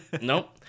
Nope